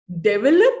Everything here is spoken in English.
develop